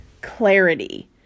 clarity